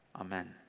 amen